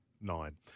Nine